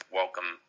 welcome